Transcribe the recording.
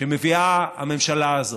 שמביאה הממשלה הזאת,